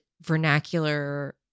vernacular